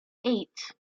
eight